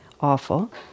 awful